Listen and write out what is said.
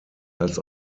als